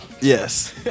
Yes